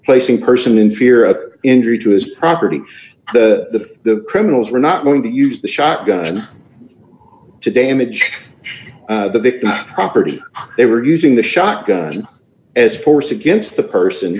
placing person in fear of injury to his property the criminals are not going to use the shotgun to damage the victim's property they were using the shotgun as force against the person